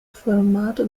formato